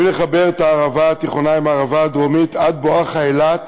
אם נחבר את הערבה התיכונה עם הערבה הדרומית בואכה אילת,